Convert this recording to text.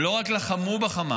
הם לא רק לחמו בחמאס,